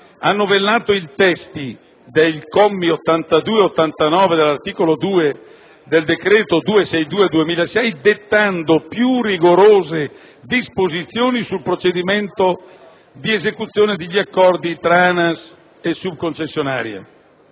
ha novellato il testo dei commi 82-89 dell'articolo 2 del decreto-legge n. 262 del 2006, dettando più rigorose disposizioni sul procedimento di esecuzione degli accordi tra ANAS e subconcessionarie.